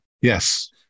Yes